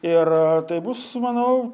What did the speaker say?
ir tai bus manau